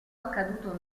accaduto